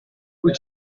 wyt